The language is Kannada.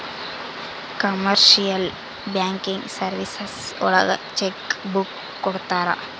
ಕಮರ್ಶಿಯಲ್ ಬ್ಯಾಂಕಿಂಗ್ ಸರ್ವೀಸಸ್ ಒಳಗ ಚೆಕ್ ಬುಕ್ ಕೊಡ್ತಾರ